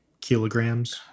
kilograms